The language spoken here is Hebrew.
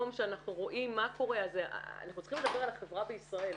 אנחנו צריכים לדבר על החברה בישראל.